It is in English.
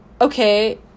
okay